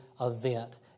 event